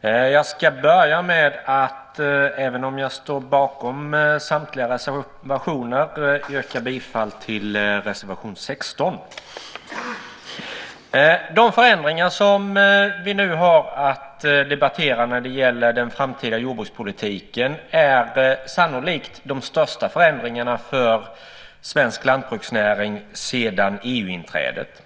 Jag ska börja med mitt yrkande. Även om jag står bakom samtliga reservationer yrkar jag bifall endast till reservation 16. De förändringar som vi nu har att debattera vad gäller den framtida jordbrukspolitiken är sannolikt de största förändringarna för svensk lantbruksnäring sedan EU-inträdet.